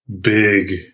big